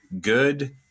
good